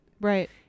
Right